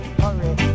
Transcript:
hurry